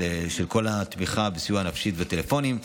של כל התמיכה בסיוע נפשי וטלפונים.